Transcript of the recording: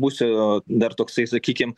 būsiu dar toksai sakykim